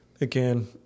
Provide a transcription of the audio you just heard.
again